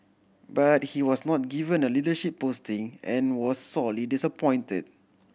but he was not given a leadership posting and was sorely disappointed